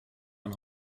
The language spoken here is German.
man